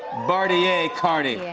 bartier cardi.